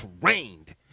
trained